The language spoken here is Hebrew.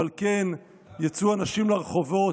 אבל כן יצאו אנשים לרחובות,